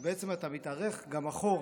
ובעצם אתה מתארך גם אחורה,